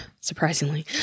surprisingly